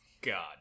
God